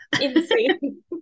Insane